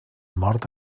mort